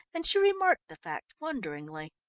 and she remarked the fact wonderingly.